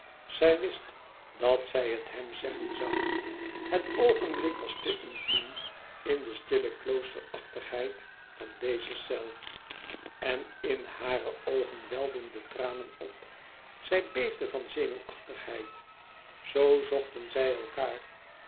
zij wist dat zij het hem zeggen zoû het oogenblik was te intiem in de stille kloosterachtigheid van deze cel en in hare oogen welden de tranen op zij beefde van zenuwachtigheid zoo zochten zij elkaâr